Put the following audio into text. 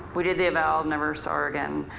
we did the eval, never saw her again.